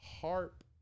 Harp